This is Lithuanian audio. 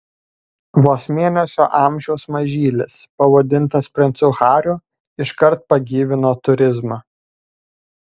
vos mėnesio amžiaus mažylis pavadintas princu hariu iškart pagyvino turizmą